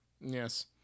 Yes